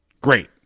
great